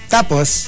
Tapos